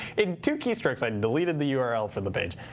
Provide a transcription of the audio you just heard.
in two keystrokes, i deleted the yeah url for the page.